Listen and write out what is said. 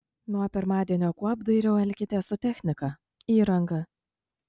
nuo pirmadienio kuo apdairiau elkitės su technika įranga